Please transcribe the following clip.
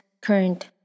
current